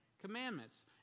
commandments